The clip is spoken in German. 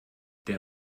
der